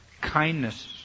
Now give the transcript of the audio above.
Kindness